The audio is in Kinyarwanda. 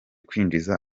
kwinjiza